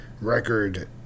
record